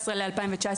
בין 2017-2019,